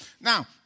Now